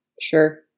Sure